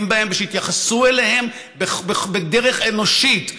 בהם ושיתייחסו אליהם בדרך אנושית.